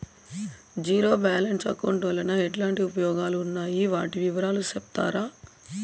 Zero balance account వలన ఎట్లాంటి ఉపయోగాలు ఉన్నాయి? వాటి వివరాలు సెప్తారా?